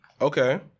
Okay